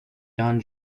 don